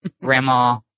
grandma